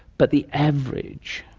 but the average,